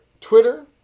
Twitter